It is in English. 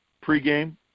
Pre-game